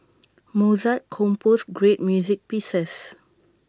Mozart composed great music pieces